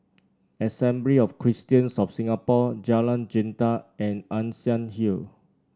Assembly of Christians of Singapore Jalan Jintan and Ann Siang Hill